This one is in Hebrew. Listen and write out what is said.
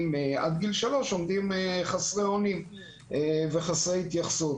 עד גיל שלוש עומד חסרי אונים וללא התייחסות.